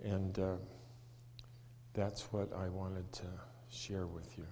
and that's what i wanted to share with you